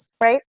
right